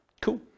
cool